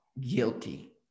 guilty